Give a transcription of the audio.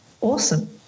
awesome